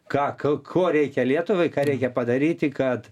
ką ko ko reikia lietuvai ką reikia padaryti kad